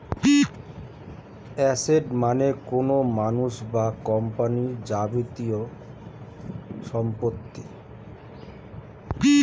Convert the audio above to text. asset মানে কোনো মানুষ বা কোম্পানির যাবতীয় সম্পত্তি